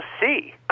see